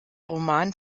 roman